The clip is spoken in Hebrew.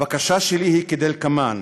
הבקשה שלי היא כדלקמן: